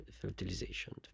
fertilization